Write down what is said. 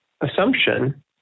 assumption